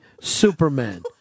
Superman